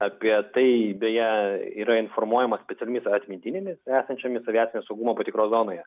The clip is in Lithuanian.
apie tai beje yra informuojama specialiomis atmintinėmis esančiomis aviacijnės saugumo patikros zonoje